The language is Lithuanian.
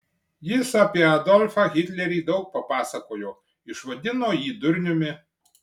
jis apie adolfą hitlerį daug papasakojo išvadino jį durniumi